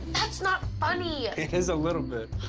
that's not funny. it is a little bit.